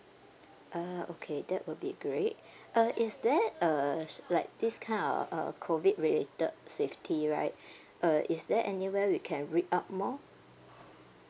uh okay that would be great uh is there uh is like this kind of uh a COVID related safety right uh is there anywhere we can read up more